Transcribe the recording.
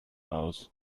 aus